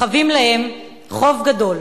חבים להם חוב גדול.